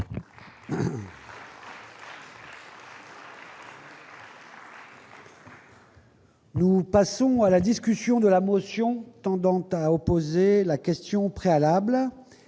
Nous passons à la discussion de la motion tendant à opposer la question préalable.